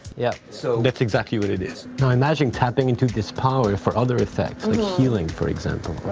yeah, so that's exactly what it is. now imagine tapping into this power for other effects, like healing, for example.